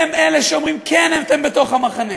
הם שאומרים: כן, אתם בתוך המחנה.